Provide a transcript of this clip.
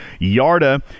Yarda